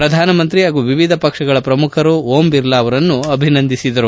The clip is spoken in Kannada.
ಪ್ರಧಾನಮಂತ್ರಿ ಹಾಗೂ ವಿವಿಧ ಪಕ್ಷಗಳ ಪ್ರಮುಖರು ಓಂ ಬಿರ್ಲಾ ಅವರನ್ನು ಅಭಿನಂದಿಸಿದರು